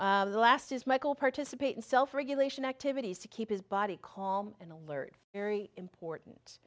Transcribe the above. neighbor the last is michael participate in self regulation activities to keep his body call and alert very important